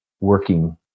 working